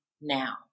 now